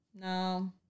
No